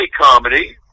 comedy